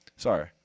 Sorry